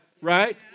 right